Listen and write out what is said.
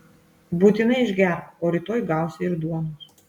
būtinai išgerk o rytoj gausi ir duonos